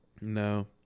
no